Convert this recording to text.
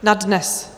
Na dnes?